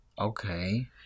Okay